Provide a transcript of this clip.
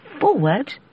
forward